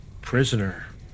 Prisoner